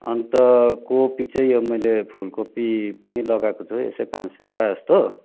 अन्त कोपी चाहिँ यो मैले फुल कोपी पनि लगाएको छु यसो पाँच सयवटा जस्तो